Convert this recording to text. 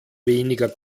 weniger